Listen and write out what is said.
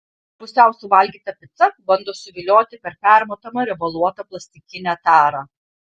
pusiau suvalgyta pica bando suvilioti per permatomą riebaluotą plastikinę tarą